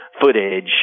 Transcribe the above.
footage